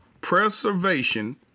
preservation